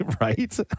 right